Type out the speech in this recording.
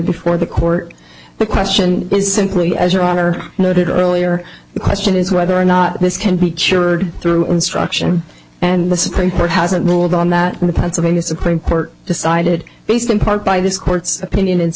before the court the question is simply as your honor noted earlier the question is whether or not this can be cured through instruction and the supreme court hasn't ruled on that in the pennsylvania supreme court decided based in part by this court's opinion and